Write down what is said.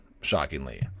shockingly